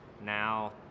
Now